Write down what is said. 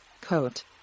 coat